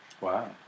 Wow